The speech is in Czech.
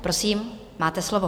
Prosím, máte slovo.